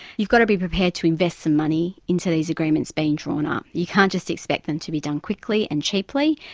you've got to be prepared to invest some money into these agreements being drawn up you can't just expect them to be done quickly and cheaply.